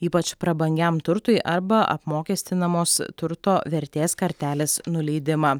ypač prabangiam turtui arba apmokestinamos turto vertės kartelės nuleidimą